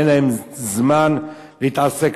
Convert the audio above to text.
אין להם זמן להתעסק,